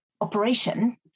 operation